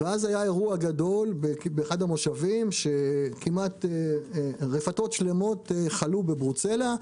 ואז היה אירוע גדול באחד המושבים שרפתות שלמות חלו בברוצלה,